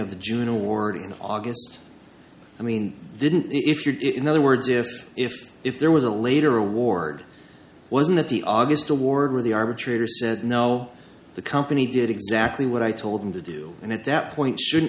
of the june award in august i mean didn't if you're in other words if if if there was a later award wasn't it the august award or the arbitrator said no the company did exactly what i told them to do and at that point shouldn't